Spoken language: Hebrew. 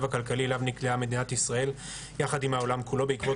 הכלכלי אליו נקלעה מדינת ישראל יחד עם העולם כולו בעקבות